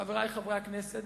חברי חברי הכנסת,